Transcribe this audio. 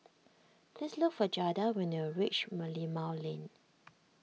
please look for Jada when you reach Merlimau Lane